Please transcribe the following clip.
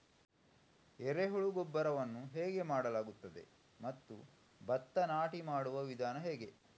ಎರೆಹುಳು ಗೊಬ್ಬರವನ್ನು ಹೇಗೆ ಮಾಡಲಾಗುತ್ತದೆ ಮತ್ತು ಭತ್ತ ನಾಟಿ ಮಾಡುವ ವಿಧಾನ ಹೇಗೆ?